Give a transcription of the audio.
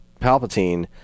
Palpatine